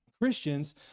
Christians